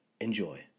Enjoy